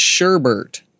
Sherbert